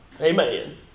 Amen